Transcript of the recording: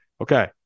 okay